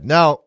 Now